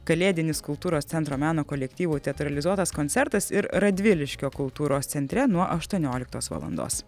kalėdinis kultūros centro meno kolektyvų teatralizuotas koncertas ir radviliškio kultūros centre nuo aštuonioliktos valandos